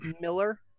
Miller